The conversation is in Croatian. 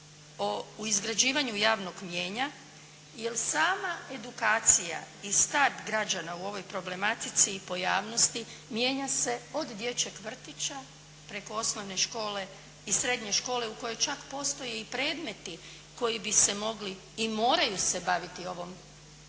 u izgrađivanju javnog mnijenja jer sama edukacija i start građana u ovoj problematici i pojavnosti mijenja se od dječjeg vrtića preko osnovne škole i srednje škole u kojoj čak postoje i predmeti koji bi se mogli i moraju se baviti ovom